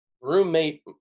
roommate